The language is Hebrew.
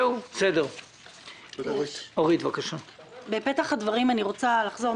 אני רוצה לחזור,